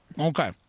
Okay